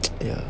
ya